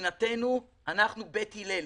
מבחינתנו, אנחנו בית הילל